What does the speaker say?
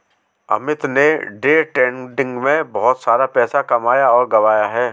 अमित ने day trading में बहुत सारा पैसा कमाया और गंवाया है